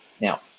Now